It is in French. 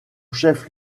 chef